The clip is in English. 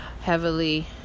heavily